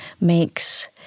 makes